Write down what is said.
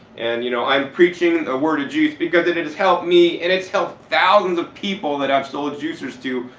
and you know i'm preaching the ah word of juice because it it has helped me and it's helped thousands of people that i've sold juicers to.